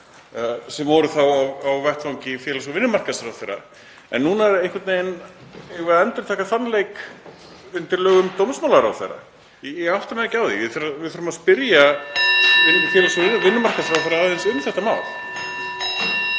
sem voru þá á vettvangi félags- og vinnumarkaðsráðherra. En nú eigum við einhvern veginn að endurtaka þann leik undir lögum dómsmálaráðherra. Ég átta mig ekki á því. Við þurfum að spyrja félags- og vinnumarkaðsráðherra aðeins um þetta mál.